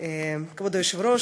כבוד היושב-ראש,